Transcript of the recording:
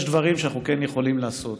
יש דברים שאנחנו כן יכולים לעשות.